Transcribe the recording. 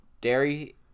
dairy